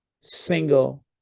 single